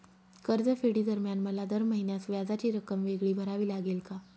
कर्जफेडीदरम्यान मला दर महिन्यास व्याजाची रक्कम वेगळी भरावी लागेल का?